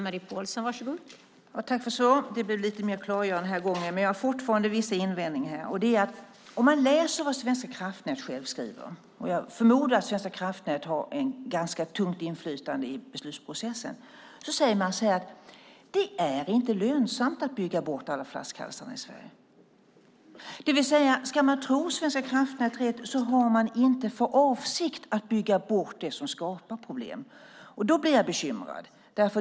Fru talman! Tack för svaret! Det blev lite mer klargörande den här gången, men jag har fortfarande vissa invändningar. Jag förmodar att Svenska kraftnät har ett ganska tungt inflytande i beslutsprocessen, och de skriver själva så här: Det är inte lönsamt att bygga bort alla flaskhalsar i Sverige. Ska man tolka Svenska kraftnät rätt har man inte för avsikt att bygga bort det som skapar problem, och då blir jag bekymrad.